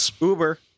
Uber